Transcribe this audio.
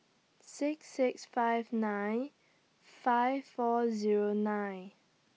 six six five nine five four Zero nine